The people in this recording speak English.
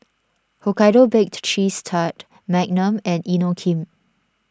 Hokkaido Baked Cheese Tart Magnum and Inokim